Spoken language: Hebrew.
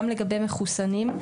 גם לגבי מחוסנים,